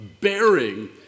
bearing